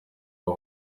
aba